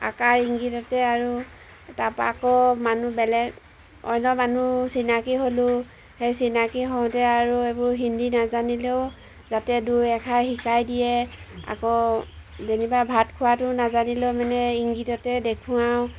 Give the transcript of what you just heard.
আকাৰ ইংগীততে আৰু তাপা আকৌ মানুহ বেলেগ অইলৰ মানুহ চিনাকী হ'লো সেই চিনাকী হওঁতে আৰু এইবোৰ হিন্দী নাজানিলেও যাতে দুই এষাৰ শিকাই দিয়ে আকৌ যেনিবা ভাত খোৱাটো নাজানিলেও মানে ইংগীততে দেখুৱাওঁ